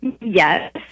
Yes